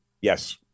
Yes